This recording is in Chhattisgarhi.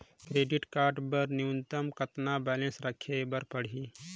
क्रेडिट कारड बर न्यूनतम कतका बैलेंस राखे बर पड़ही?